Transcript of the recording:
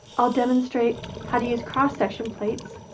i'll demonstrate how to use cross-section plates,